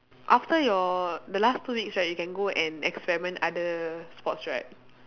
after your the last two weeks right you can go and experiment other sports right